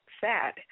sad